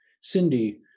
Cindy